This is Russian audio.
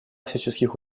всяческих